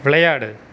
விளையாடு